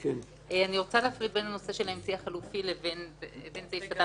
אני רוצה להפריד בין הנושא של האמצעי החלופי לבין סעיף קטן